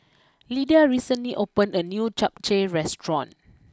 Lydia recently opened a new Japchae restaurant